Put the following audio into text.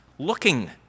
looking